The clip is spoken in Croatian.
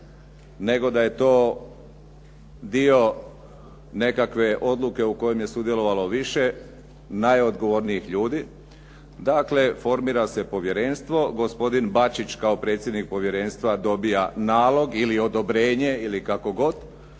nego da je to dio nekakve odluke u kojoj je sudjelovalo više najodgovornijih ljudi. Dakle, formira se povjerenstvo, gospodin Bačić kao predsjednik povjerenstva dobija nalog ili odobrenje, ili kako god